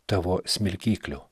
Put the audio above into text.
tavo smilkyklių